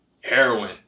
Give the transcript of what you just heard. Heroin